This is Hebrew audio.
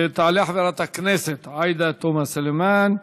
תעלה חברת הכנסת עאידה תומא סלימאן,